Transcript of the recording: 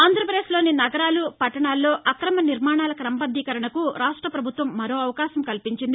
ఆంధ్రాపదేశ్లోని నగరాలు పట్టణాల్లో అక్రమ నిర్మాణాల క్రమబద్దీకరణకు రాష్ట పభుత్వం మరో అవకాశం కల్పించింది